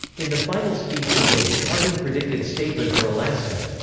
in the final speech he gave, harding predicted statehood for alaska.